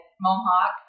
Mohawk